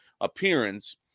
appearance